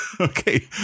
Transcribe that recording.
Okay